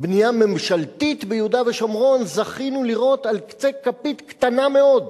בנייה ממשלתית ביהודה ושומרון זכינו לראות על קצה כפית קטנה מאוד,